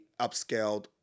upscaled